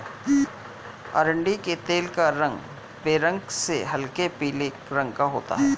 अरंडी के तेल का रंग बेरंग से हल्के पीले रंग का होता है